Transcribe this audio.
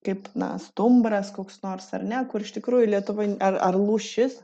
kaip na stumbras koks nors ar ne kur iš tikrųjų lietuvoj ar ar lūšis